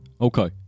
Okay